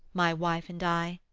my wife and i,